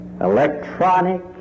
electronic